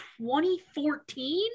2014